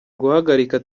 guhagarika